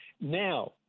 Now